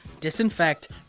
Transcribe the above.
disinfect